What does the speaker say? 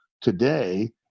today